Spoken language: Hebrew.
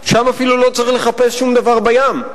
ושם אפילו לא צריך לחפש שום דבר בים.